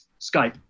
Skype